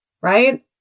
Right